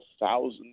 thousands